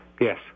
Yes